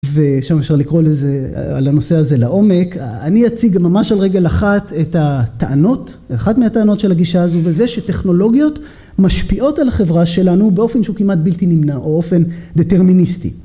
ושם אפשר לקרוא לזה, על הנושא הזה לעומק. אני אציג ממש על רגל אחת את הטענות, אחד מהטענות של הגישה הזו, וזה שטכנולוגיות משפיעות על החברה שלנו באופן שהוא כמעט בלתי נמנע, או אופן דטרמיניסטי.